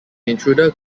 intruder